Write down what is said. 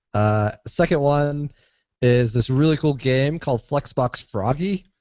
ah second one is this really cool game called flexbox froggy.